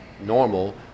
normal